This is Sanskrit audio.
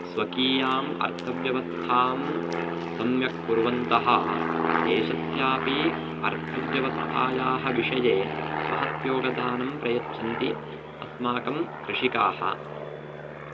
स्वकीयाम् अर्थव्यवस्थां सम्यक् कुर्वन्तः देशस्यापि अर्थव्यवस्थायाः विषये महद्योगदानं प्रयच्छन्ति अस्माकं कृषिकाः